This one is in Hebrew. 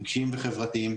רגשיים וחברתיים.